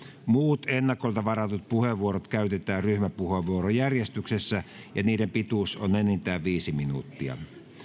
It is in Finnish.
muut ennakolta varatut puheenvuorot käytetään ryhmäpuheenvuorojärjestyksessä ja niiden pituus on enintään viisi minuuttia